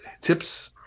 tips